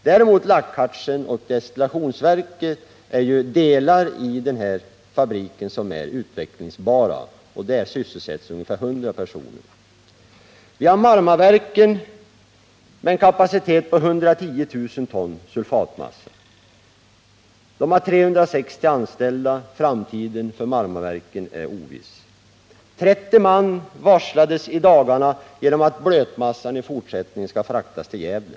Lackharts 83 tillverkningen och destillationsverket utgör däremot sådana delar av fabriken som är utvecklingsbara — där sysselsätts ungefär 100 personer. Vi har vidare Marmaverken med en kapacitet på 110 000 ton sulfatmassa. Där finns 360 anställda. Framtiden för Marmaverken är oviss. 30 man varslades i dagarna på grund av att blötmassan i fortsättningen skall fraktas till Gävle.